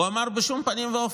הוא אמר: בשום פנים ואופן,